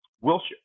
Wilshire